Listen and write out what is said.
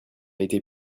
été